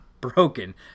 broken